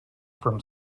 from